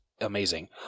amazing